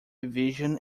vision